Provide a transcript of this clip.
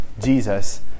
Jesus